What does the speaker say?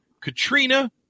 Katrina